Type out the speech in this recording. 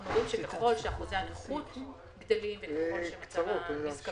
אנחנו רואים שככל שאחוזי הנכות גדלים, גם